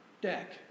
deck